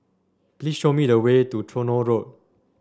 please show me the way to Tronoh Road